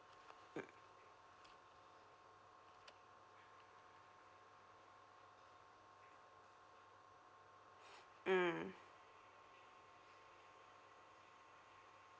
mm mm